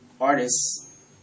artists